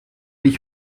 ich